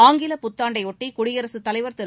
ஆங்கில புத்தாண்டை ஓட்டி குடியரசுத் தலைவர் திரு